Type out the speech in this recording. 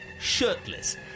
shirtless